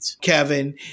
Kevin